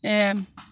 M